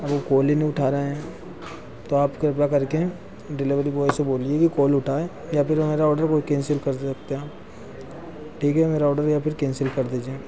वह कोल ही नहीं उठा रहे हैं तो आप कृपा करके डिलेवरी बॉय से बोलिए कि कोल उठाए या फिर मेरा ओडर वे केंसिल कर सकते हैं ठीक है मेरा ओडर या फिर केंसिल कर दीजिए